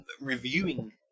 reviewing